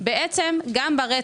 אלא גם ברצף.